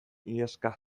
iheska